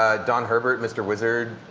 ah don herbert, mr. wizard.